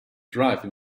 driving